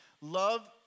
Love